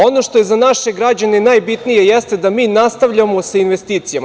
Ono što je za naše građane najbitnije, jeste da mi nastavljamo sa investicijama.